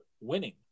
winning